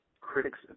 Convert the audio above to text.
critics